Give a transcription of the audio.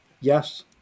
Yes